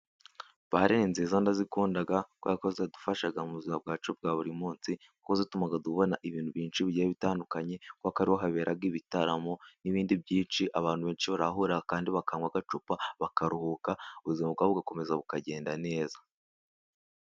Bare ninziza ndazikunda kubera ko ziradufasha mu buzima bwacu bwa buri munsi kuko zituma tubona ibintu byinshi bigiye bitandukanye, kubera ko ariho habera ibitaramo n'ibindi byinshi abantu benshi barahurira kandi bakanywa agacupa bakaruhuka, ubuzima bwabo bugakomeza bukagenda neza.